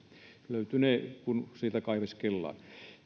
löytynee kun sieltä kaiveskellaan